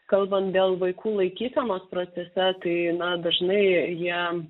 kalbant dėl vaikų laikysenos procese tai na dažnai jie